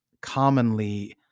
commonly